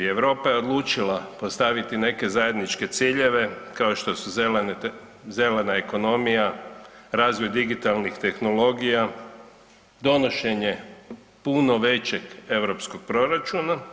Europa je odlučila postaviti neke zajedničke ciljeve kao što su zelena ekonomija, razvoj digitalnih tehnologija, donošenje puno većeg europskog proračuna.